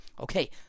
Okay